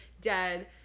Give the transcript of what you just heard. dead